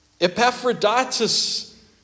Epaphroditus